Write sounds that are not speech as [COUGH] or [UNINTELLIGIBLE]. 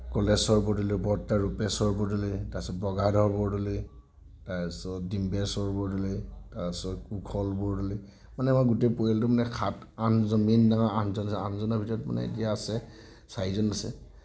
কলেশ্বৰ বৰদলৈ বৰ্তা ৰূপেশ্বৰ বৰদলৈ তাৰপিছত বগাধৰ বৰদলৈ তাৰপিছত ডিম্বেশ্বৰ বৰদলৈ তাৰপিছত কুশল বৰদলৈ মানে আমাৰ গোটেই পৰিয়ালটো মানে সাত আঠজন মেইন [UNINTELLIGIBLE] আঠজনৰ ভিতৰত মানে এতিয়া আছে চাৰিজন আছে